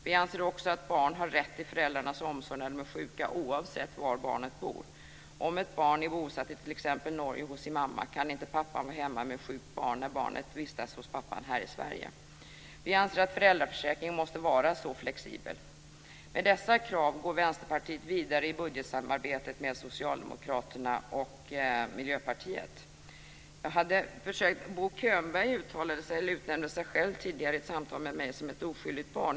Vi anser också att barn har rätt till föräldrarnas omsorg när de är sjuka oavsett var barnet bor. Om ett barn är bosatt i t.ex. Norge hos sin mamma kan inte pappan vara hemma med sjukt barn när barnet vistas hos pappan här i Sverige. Vi anser att föräldraförsäkringen måste vara så flexibel. Med dessa krav går Bo Könberg betecknade sig själv tidigare i ett samtal med mig som ett oskyldigt barn.